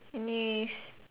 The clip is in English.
anyways